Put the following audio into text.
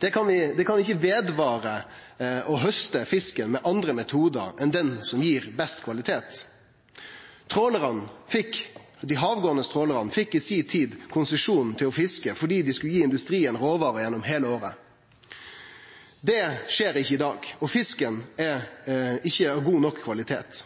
Det kan ikkje vare ved at ein haustar fisken med andre metodar enn den som gir best kvalitet. Dei havgåande trålarane fekk i si tid konsesjon til å fiske fordi dei skulle gi industrien råvarer gjennom heile året. Det skjer ikkje i dag, og fisken er ikkje av god nok kvalitet.